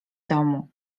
domu